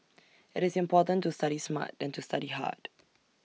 IT is important to study smart than to study hard